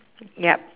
yup